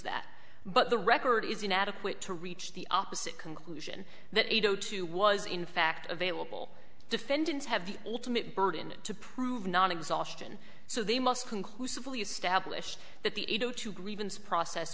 that but the record is inadequate to reach the opposite conclude when that eight o two was in fact available defendants have ultimate burden to prove non exhaustion so they must conclusively established that the two grievance process